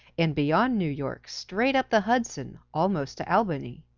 and beyond new york, straight up the hudson, almost to albany.